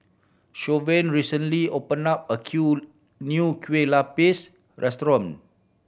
Shavonne recently opened a kueh new lupis restaurant